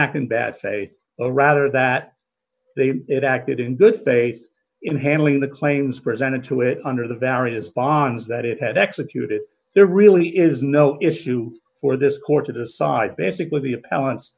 act in bad faith or rather that they had acted in good faith in handling the claims presented to it under the various bonds that it had executed there really is no issue for this court to decide basically the a